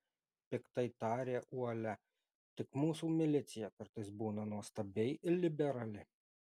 piktai tarė uolia tik mūsų milicija kartais būna nuostabiai liberali